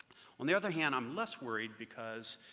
on the other hand, i'm less worried, because